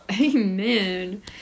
Amen